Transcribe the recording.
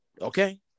okay